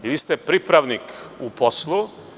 Vi ste pripravnik u poslu.